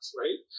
right